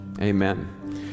Amen